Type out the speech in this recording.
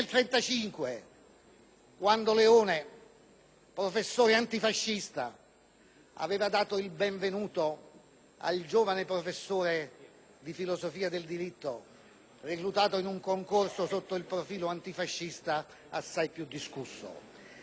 quando Leone, professore antifascista, aveva dato il benvenuto al giovane professore di filosofia del diritto, risultato in un concorso, sotto il profilo antifascista, assai più discusso;